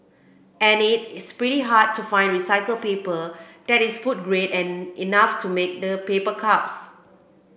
and it's pretty hard to find recycled paper that is food grade and enough to make the paper cups